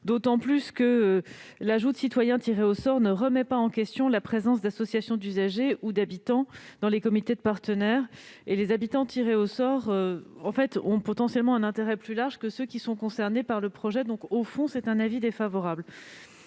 habitants que l'ajout de citoyens tirés au sort ne remet pas en question la présence d'associations d'usagers ou d'habitants dans les comités de partenaires. En effet, les habitants tirés au sort ont potentiellement un intérêt plus large que ceux qui sont concernés par le projet. Par ailleurs, le